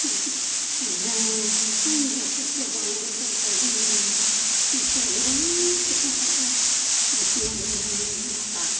जों फिसा हिन्जाव सासे हरनांगौ जायोब्ला जोंनि गोसोआव गोबां फैसा थाखा बुथुमनांगौ जायो जोंहा